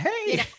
hey